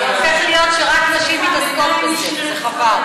זה הופך להיות שרק נשים מתעסקות בזה, זה חבל.